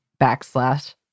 backslash